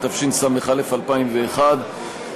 התשס"א 2001,